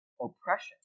oppression